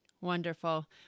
Wonderful